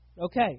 Okay